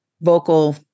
vocal